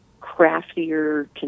craftier